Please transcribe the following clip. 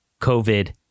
COVID